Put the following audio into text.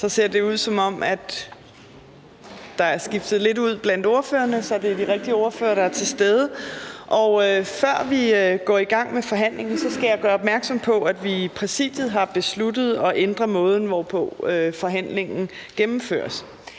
Så ser det ud, som om der er skiftet lidt blandt ordførerne, så det er de rigtige ordførere, der er til stede. Før vi går i gang med forhandlingen, skal jeg gøre opmærksom på, at vi i Præsidiet har besluttet at ændre måden, hvorpå forhandlingen gennemføres.